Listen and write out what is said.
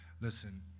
Listen